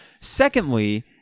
Secondly